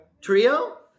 Trio